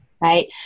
right